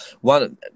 One